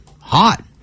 hot